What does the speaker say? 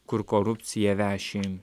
kur korupcija veši